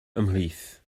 ymhlith